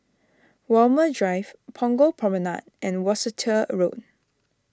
Walmer Drive Punggol Promenade and Worcester Road